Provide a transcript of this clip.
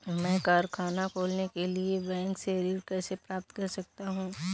मैं कारखाना खोलने के लिए बैंक से ऋण कैसे प्राप्त कर सकता हूँ?